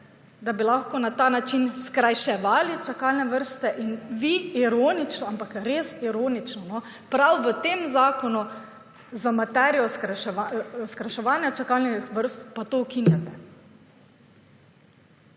da bi lahko na ta način skrajševali čakalne vrste in vi ironično – ampak res ironično, no – prav v tem zakonu za materijo skrajševanja čakalnih vrst, pa to ukinjate.